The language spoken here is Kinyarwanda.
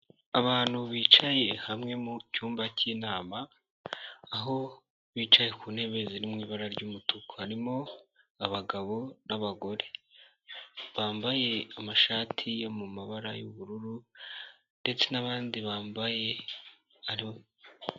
Abantu bicaye hamwe mu cyumba cy'inama, aho bicaye ku ntebe ziri mu ibara ry'umutuku harimo, abagabo n'abagore, bambaye amashati yo mu mabara y'ubururu, ndetse n'abandi bambaye aro.